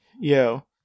yo